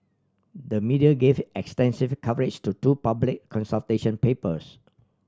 the media gave extensive coverage to two public consultation papers